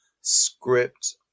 script